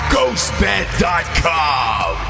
GhostBed.com